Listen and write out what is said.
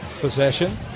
possession